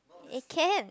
it can